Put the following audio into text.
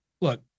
look